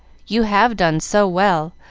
you have done so well,